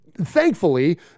thankfully